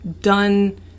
done